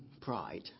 pride